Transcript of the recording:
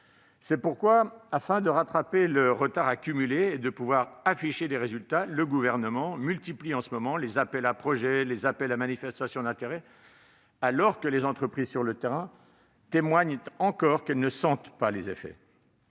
C'est pourquoi, afin de rattraper le retard accumulé et de pouvoir afficher des résultats, le Gouvernement multiplie, en ce moment, les appels à projet et les appels à manifestation d'intérêt, alors que les entreprises sur le terrain témoignent du fait qu'elles ne sentent toujours pas les effets